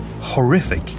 horrific